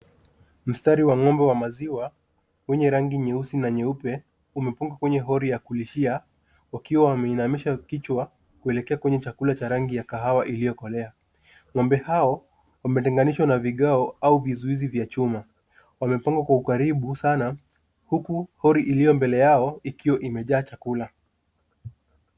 Mstari wa ng’ombe wa maziwa wenye rangi nyeusi na nyeupe umepangwa kwenye ya hori la kulishia wakiwa wameinama vichwa kuelekea kwenye chakula cha rangi ya kahawia kilichokolea. Ng’ombe hao wametenganishwa na vigao au vizuizi vya chuma, wamepagwa kwa karibu sana huku hori lililo mbele yao likiwa limejaa chakula.